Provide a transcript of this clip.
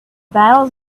battles